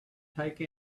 take